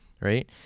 Right